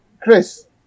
Chris